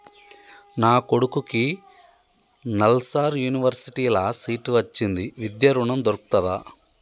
నా కొడుకుకి నల్సార్ యూనివర్సిటీ ల సీట్ వచ్చింది విద్య ఋణం దొర్కుతదా?